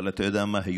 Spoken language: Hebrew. אבל אתה יודע מה?